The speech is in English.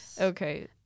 Okay